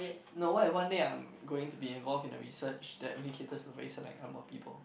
no what if one day I'm going to be involved in a research that only caters to very select number of people